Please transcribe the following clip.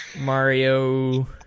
mario